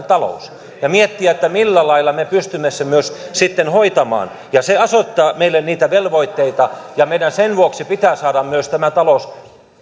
talous ja miettiä millä lailla me pystymme sen myös sitten hoitamaan se asettaa meille niitä velvoitteita ja meidän sen vuoksi pitää saada myös tämä talous